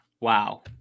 Wow